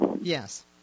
Yes